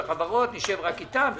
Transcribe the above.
רשות החברות, נשב רק איתם.